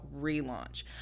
relaunch